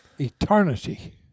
Eternity